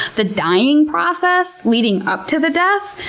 the dying process leading up to the death,